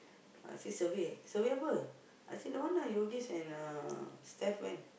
I say survey survey apa I say don't want ah Yogesh and uh Steph went